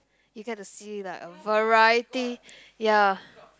you can to see like a variety ya